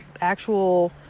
actual